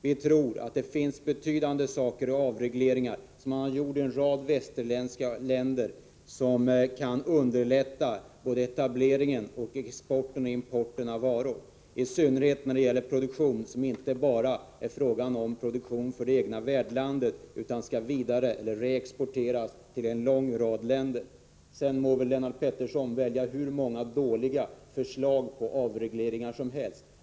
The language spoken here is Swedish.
Vi tror att det finns betydande insatser, bl.a. avregleringar, som man har gjort i en rad västerländska länder och som kan underlätta både etableringen och exporten och importen av varor, i synnerhet beträffande produktion som inte bara är produktion för det egna landet, utan som skall vidare eller reexporteras till en lång rad länder. Sedan må Lennart Pettersson välja hur många dåliga förslag på avregleringar som helst.